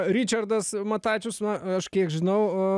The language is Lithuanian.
ričardas matačius na aš kiek žinau